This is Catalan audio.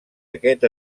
aquest